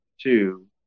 two